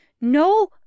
No